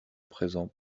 présent